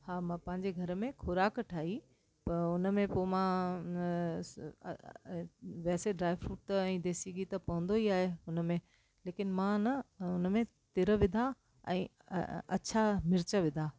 हा मां पंहिंजे घर में खुराक ठाही त हुनमें पोइ मां अ वैसे ड्राईफ्रूट त ऐं देसी घी त पवंदो ई आहे हुनमें लेकिन मां न हुनमें तिर विधा ऐं अछा मिर्च विधा